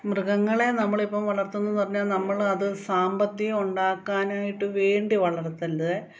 മൃഗങ്ങളെ നമ്മളിപ്പോള് വളർത്തുന്നെന്ന് പറഞ്ഞാല് നമ്മള് അത് സാമ്പത്തികം ഉണ്ടാക്കാനായിട്ട് വേണ്ടി വളർത്ത